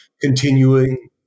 continuing